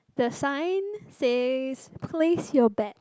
the sign says place your bag